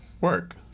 Work